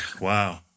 Wow